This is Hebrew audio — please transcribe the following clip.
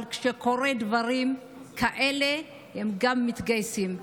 אבל כשקורים דברים כאלה הם גם מתגייסים.